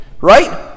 right